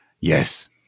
yes